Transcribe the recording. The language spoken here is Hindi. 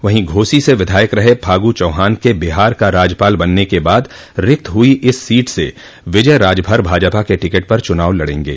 वहीं घोसी से विधायक रहे फागू चौहान के बिहार का राज्यपाल बनने के बाद रिक्त हुई इस सीट से विजय राजभर भाजपा के टिकट पर चुनाव लड़ेंगे